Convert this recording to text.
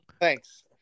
thanks